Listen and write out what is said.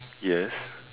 yes